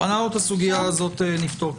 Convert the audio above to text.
את הסוגיה הזאת אנחנו נפתור.